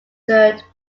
third